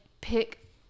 pick